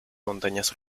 montañas